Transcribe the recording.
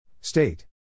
State